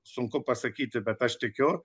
sunku pasakyti bet aš tikiu